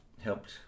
helped